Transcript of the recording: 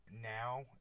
now